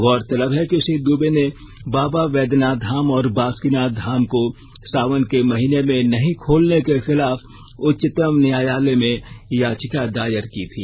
गौरतलब है कि श्री दूबे ने बाबा बैद्यनाथ धाम और बासुकीनाथ धाम को सावन के महीने में नहीं खोलने के खिलाफ उच्चतम न्यायालय में याचिका दायर की थी